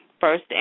first